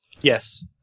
Yes